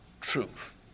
truth